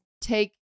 take